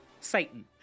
Satan